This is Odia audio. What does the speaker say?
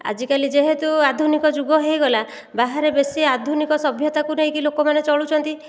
ଆଜିକାଲି ଯେହେତୁ ଆଧୁନିକ ଯୁଗ ହୋଇଗଲା ବାହାରେ ବେଶୀ ଆଧୁନିକ ସଭ୍ୟତାକୁ ନେଇକି ଲୋକମାନେ ଚଳୁଛନ୍ତି